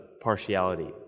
partiality